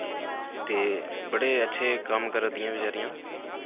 ते बड़े अच्छे कम्म करै दियां बचैरियां